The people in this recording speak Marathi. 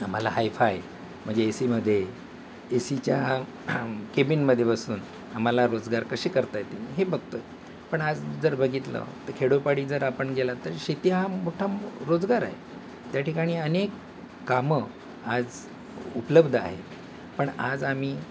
आम्हाला हाय फाय म्हणजे ए सीमध्ये ए सीच्या केबिनमध्ये बसून आम्हाला रोजगार कसे करता येतील हे बघतो आहे पण आज जर बघितलं तर खेडोपाडी जर आपण गेलात तर शेती हा मोठा रोजगार आहे त्या ठिकाणी अनेक कामं आज उपलब्ध आहे पण आज आम्ही